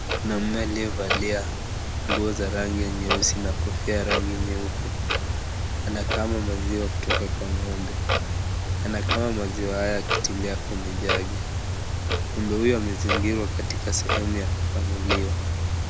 Mwanaume aliyevalia nguo za rangi nyeusi na kofia ya rangi nyeupe anakama maziwa kutoka kwa ng'ombe. Anakama maziwa hayo akigilia kwa jug . Ng'ombe huyo amezingirwa katika sehemu ya kukamuliwa.